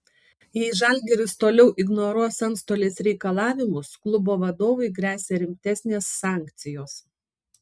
jei žalgiris toliau ignoruos antstolės reikalavimus klubo vadovui gresia rimtesnės sankcijos